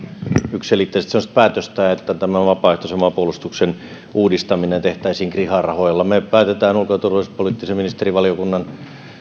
yksiselitteisesti semmoista päätöstä että vapaaehtoisen maanpuolustuksen uudistaminen tehtäisiin kriha rahoilla me päätämme ulko ja turvallisuuspoliittisen ministerivaliokunnan